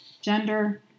gender